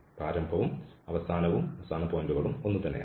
പ്രാരംഭവും അവസാന പോയിന്റുകളും ഒന്നുതന്നെയാണ്